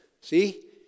see